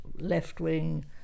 left-wing